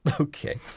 Okay